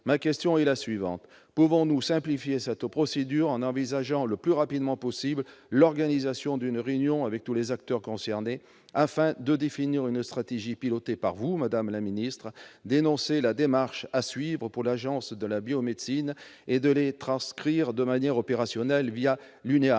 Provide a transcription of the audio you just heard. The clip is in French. Ma question est la suivante : pouvons-nous simplifier cette procédure en envisageant le plus rapidement possible l'organisation d'une réunion avec tous les acteurs concernés, afin de définir une stratégie pilotée par vous, madame la ministre, d'énoncer la démarche à suivre pour l'Agence de la biomédecine et de les transcrire de manière opérationnelle l'UniHA